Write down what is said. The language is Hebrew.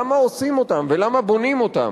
למה עושים אותן ולמה בונים אותן?